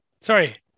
sorry